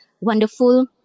wonderful